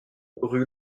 rue